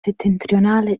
settentrionale